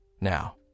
Now